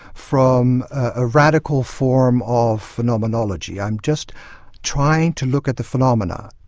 from a radical form of phenomenology, i'm just trying to look at the phenomena.